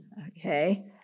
Okay